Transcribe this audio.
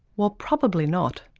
well probably not.